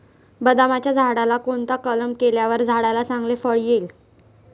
बदामाच्या झाडाला कोणता कलम केल्यावर झाडाला चांगले फळ येईल?